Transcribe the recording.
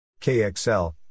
KXL